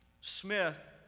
Smith